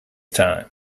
time